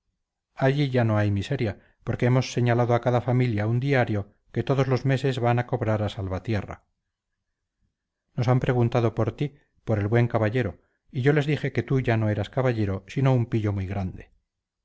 allí ya no ay miseria porque emos señalado a cada familia un diario que todos los meses van a cobrar a salvatierra nos an preguntado por ti por el buen caballero y yo les dije que tú ya no eras caballero sino un pillo muy grande